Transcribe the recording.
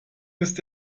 ist